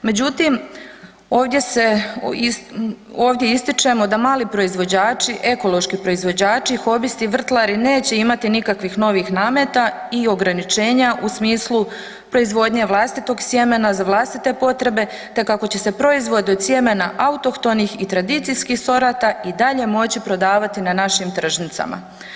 Međutim, ovdje ističimo da mali proizvođači, ekološki proizvođači, hobisti i vrtlari neće imati nikakvih novih nameta i ograničenja u smislu proizvodnje vlastitog sjemena za vlastite potrebe, te kako će se proizvodi od sjemena autohtonih i tradicijskih sorata i dalje moći prodavati na našim tržnicama.